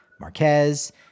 Marquez